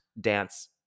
dance